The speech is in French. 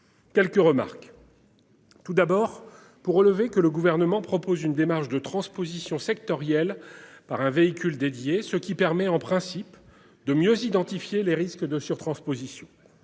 Quelques remarques. Tout d'abord pour relever que le gouvernement propose une démarche de transposition sectoriel par un véhicule dédié ce qui permet en principe de mieux identifier les risques de sur-transposition